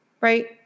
right